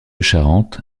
charente